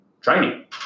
training